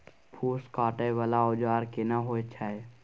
फूस काटय वाला औजार केना होय छै?